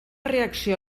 reacció